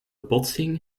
botsing